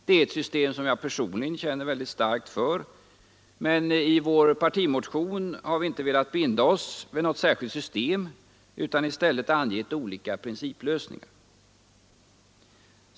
Det är ett system som jag personligen känner starkt för, men i vår partimotion har vi inte velat binda oss vid något särskilt system utan i stället angett olika principlösningar.